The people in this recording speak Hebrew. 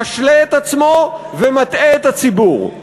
משלה את עצמו ומטעה את הציבור.